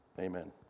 Amen